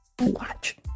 Watch